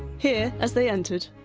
here, as they entered,